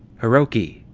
hiroki!